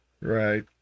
Right